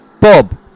Bob